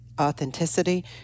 authenticity